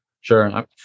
Sure